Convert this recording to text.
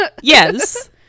yes